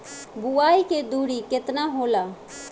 बुआई के दुरी केतना होला?